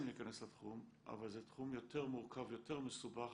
להיכנס לתחום אבל זה תחום יותר מורכב ויותר מסובך,